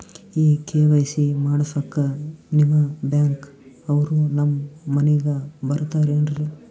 ಈ ಕೆ.ವೈ.ಸಿ ಮಾಡಸಕ್ಕ ನಿಮ ಬ್ಯಾಂಕ ಅವ್ರು ನಮ್ ಮನಿಗ ಬರತಾರೆನ್ರಿ?